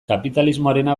kapitalismoarena